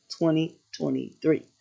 2023